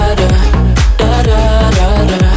da-da-da-da